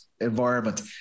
environment